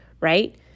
right